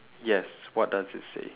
yes what does it say